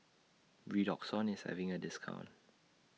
Redoxon IS having A discount